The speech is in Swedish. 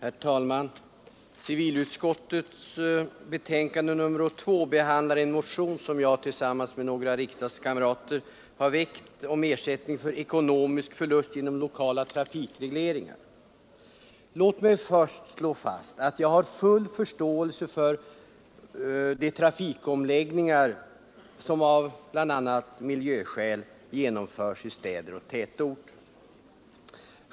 Herr talman! Civilutskottets betänkande nr 2 behandlar en motion om ersättning för ekonomisk förlust genom lokala trafikregleringar, som jag tillsammans med några riksdagskamrater har väckt. Låt mig först slå fast att jag har full förståelse för de trafikomläggningar som av bl.a. miljöskäl genomförs i städer och tätorter.